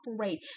operate